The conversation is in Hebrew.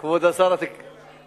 כבוד שר התקשורת,